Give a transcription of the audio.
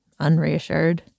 unreassured